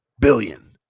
billion